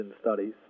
studies